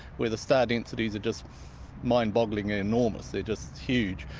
where the star densities are just mind-bogglingly enormous, they're just huge.